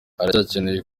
haracyakenewe